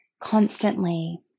constantly